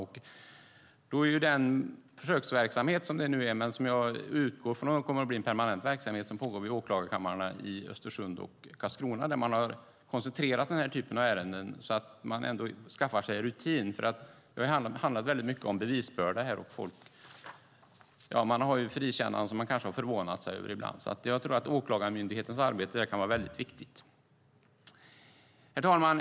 Då finns det en försöksverksamhet, men jag utgår från att det kommer att bli en permanent verksamhet, som pågår vid åklagarkamrarna i Östersund och Karlskrona. Där har man koncentrerat den här typen av ärenden, så att man skaffar sig rutin. Det har ju handlat mycket om bevisbörda här. Och det finns frikännanden som man kanske har förvånat sig över ibland. Därför tror jag att åklagarmyndighetens arbete där kan vara väldigt viktigt. Herr talman!